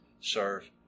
serve